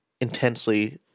intensely